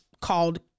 called